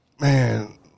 man